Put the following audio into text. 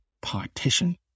partition